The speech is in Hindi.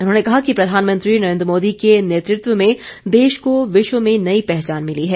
उन्होंने कहा कि प्रधानमंत्री नरेन्द्र मोदी के नेतृत्व में देश को विश्व में नई पहचान मिली है